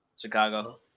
Chicago